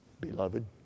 Beloved